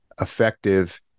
effective